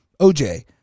OJ